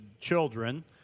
children